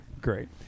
Great